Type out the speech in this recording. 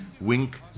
wink